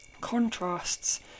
contrasts